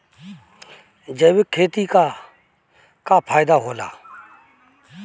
जैविक खेती क का फायदा होला?